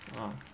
ah